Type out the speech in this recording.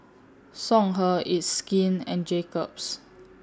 Songhe It's Skin and Jacob's